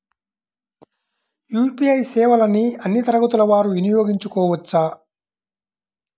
UPI సేవలని అన్నీ తరగతుల వారు వినయోగించుకోవచ్చా?